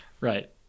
right